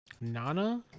Nana